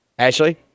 Ashley